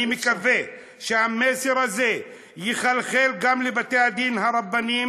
אני מקווה שהמסר הזה יחלחל גם לבתי-הדין הרבניים.